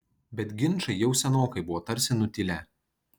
bet ginčai jau senokai buvo tarsi nutilę